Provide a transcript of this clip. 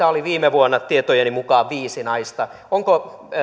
oli viime vuonna tietojeni mukaan viisi naista onko